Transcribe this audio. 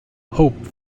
hope